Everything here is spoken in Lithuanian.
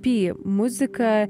py muzika